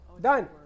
Done